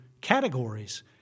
categories